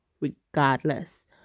regardless